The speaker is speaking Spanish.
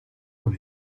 con